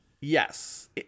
Yes